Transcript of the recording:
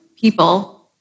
people